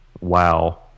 wow